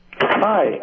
Hi